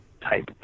type